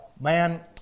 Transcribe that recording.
Man